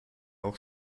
auch